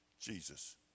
Jesus